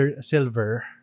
silver